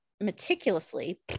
meticulously